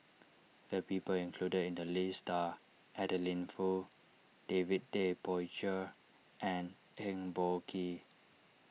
the people included in the list are Adeline Foo David Tay Poey Cher and Eng Boh Kee